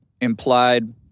implied